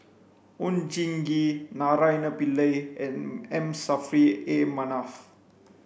Oon Jin Gee Naraina Pillai and M Saffri A Manaf